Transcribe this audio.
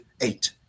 eight